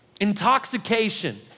intoxication